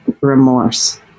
remorse